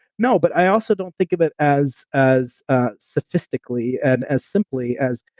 no, but i also don't think of it as as ah sophistically and as simply as,